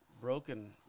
broken